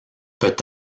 peut